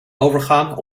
overgaan